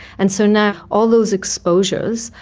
and so now all those exposures,